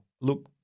look